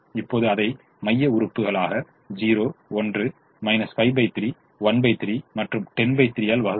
இப்போது அதை மைய உறுப்பு 0 1 53 13 மற்றும் 103 ஆல் வகுக்கவும்